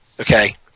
Okay